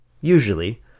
usually